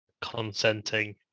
consenting